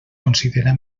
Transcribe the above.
considera